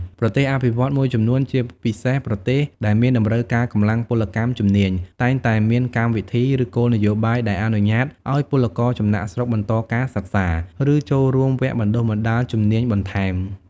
ប្រទេសអភិវឌ្ឍន៍មួយចំនួន ជាពិសេសប្រទេសដែលមានតម្រូវការកម្លាំងពលកម្មជំនាញ តែងតែមានកម្មវិធី ឬគោលនយោបាយដែលអនុញ្ញាតឱ្យពលករចំណាកស្រុកបន្តការសិក្សា ឬចូលរួមវគ្គបណ្ដុះបណ្ដាលជំនាញបន្ថែម។